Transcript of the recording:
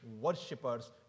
worshippers